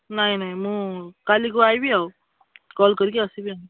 ନାହିଁ ନାହିଁ ମୁଁ କାଲିକୁ ଆସିବି ଆଉ କଲ୍ କରିକି ଆସିବି